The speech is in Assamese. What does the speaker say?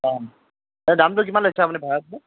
হয় দামটো কিমান লৈছে আপুনি ভাড়াটো